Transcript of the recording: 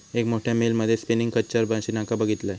एक मोठ्या मिल मध्ये स्पिनींग खच्चर मशीनका बघितलंय